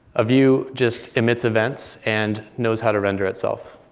a view just emits events and knows how to render itself.